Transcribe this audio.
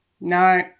no